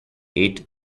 ate